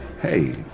Hey